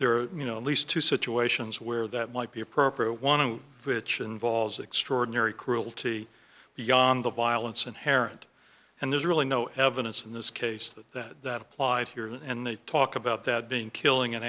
are you know at least two situations where that might be appropriate one of which involves extraordinary cruelty beyond the violence inherent and there's really no evidence in this case that that applied here and they talk about that being killing an